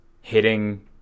hitting